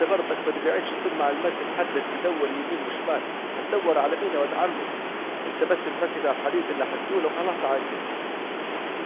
انت برضك متجعدتش وانت عمال تحدد تدور يمين وشمال، هتدور على مين يا واد عمي انت بس ركز في الحديد الي هتجوله وخلاص على اكده